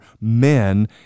men